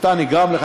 נגרם לך,